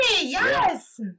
yes